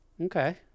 Okay